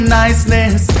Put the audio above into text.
niceness